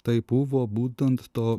tai buvo būtent to